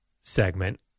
segment